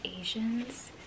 Asians